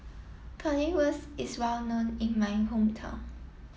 Currywurst is well known in my hometown